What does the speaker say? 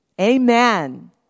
Amen